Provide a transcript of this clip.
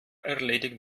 erledigt